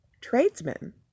tradesmen